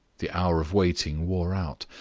the hour of waiting wore out,